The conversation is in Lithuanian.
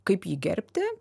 kaip jį gerbti